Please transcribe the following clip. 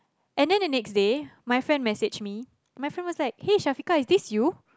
and then the next day my friend messaged me my friend was like hey Syafiqah is this you